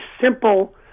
simple